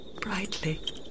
Brightly